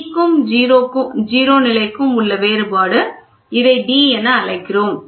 C க்கும் 0 நிலைக்கும் உள்ள வேறுபாடு இதை d என அழைக்கிறோம்